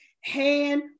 hand